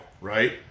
right